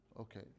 Okay